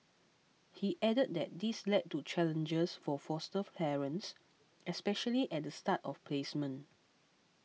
he added that this led to challenges for foster parents especially at the start of placement